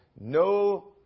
no